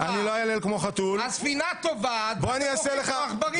--- אני לא איילל כמו חתול --- הספינה טובעת ואתם בורחים כמו עכברים.